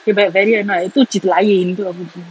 K but very annoyed itu cerita lain ke